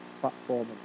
platform